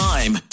Time